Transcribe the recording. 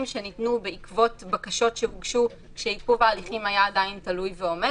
שניתנו בעקבות בקשות שהוגשו כשעיכוב ההליכים היה עדיין תלוי ועומד.